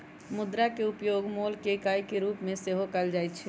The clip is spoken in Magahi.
मुद्रा के उपयोग मोल के इकाई के रूप में सेहो कएल जाइ छै